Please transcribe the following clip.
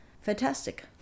fantastic